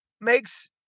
makes